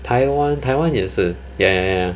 台湾台湾也是 ya ya ya